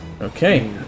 Okay